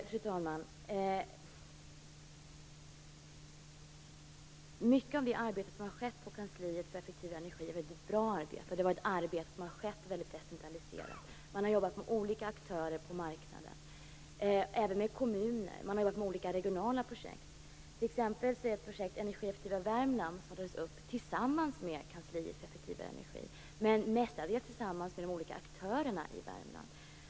Fru talman! Mycket av det arbete som utförts på kansliet för effektiv energi är mycket bra. Det har skett mycket decentraliserat. Man har jobbat med olika aktörer på marknaden, även med kommuner. Man har också arbetat med olika regionala projekt. Ett projekt, Energieffektiva Värmland, har t.ex. byggts upp tillsammans med kansliet för effektiv energi men mestadels tillsammans med de olika aktörerna i Värmland.